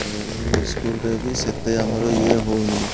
ଆଉ ଇସ୍କୁଲରେ ବି ସେତେ ଆମର ଇଏ ହେଉନି